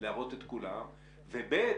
וב.